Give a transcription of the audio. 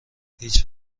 هیچ